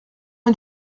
une